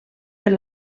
per